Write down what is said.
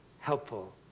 helpful